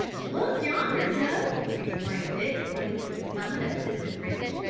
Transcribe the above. look yonder, joe, exclaimed dick, pointing to the summit of a distant ridge,